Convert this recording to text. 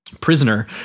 prisoner